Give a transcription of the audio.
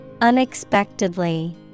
Unexpectedly